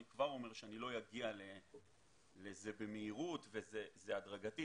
כבר אומר שאני לא אגיע לזה במהירות אלא זה הדרגתי.